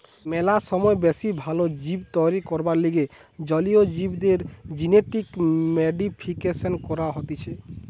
ম্যালা সময় বেশি ভাল জীব তৈরী করবার লিগে জলীয় জীবদের জেনেটিক মডিফিকেশন করা হতিছে